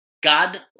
God